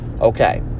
okay